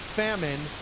famine